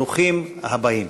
ברוכים הבאים.